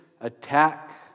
attack